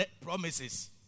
promises